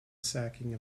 sacking